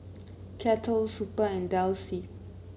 Kettle Super and Delsey